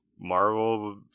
Marvel